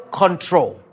control